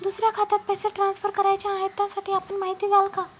दुसऱ्या खात्यात पैसे ट्रान्सफर करायचे आहेत, त्यासाठी आपण माहिती द्याल का?